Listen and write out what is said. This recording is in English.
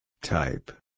Type